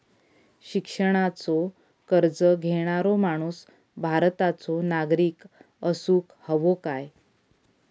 शिक्षणाचो कर्ज घेणारो माणूस भारताचो नागरिक असूक हवो काय?